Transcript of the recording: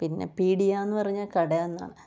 പിന്നെ പീഡികാന്ന് പറഞ്ഞാൽ കട എന്നാണ്